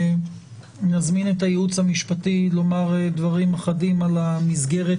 נזמין את הייעוץ המשפטי לומר דברים אחדים על המסגרת